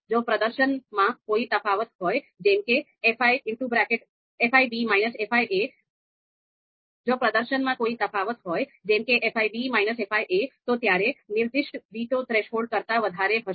જો પ્રદર્શનમાં કોઈ તફાવત હોય જેમકે fi fi તો ત્યારે નિર્દિષ્ટ વીટો થ્રેશોલ્ડ કરતા વધારે છે